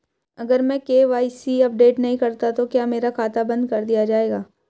अगर मैं KYC update नहीं करता तो क्या मेरा खाता बंद कर दिया जाएगा?